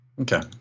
Okay